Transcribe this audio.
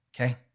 Okay